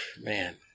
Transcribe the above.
Man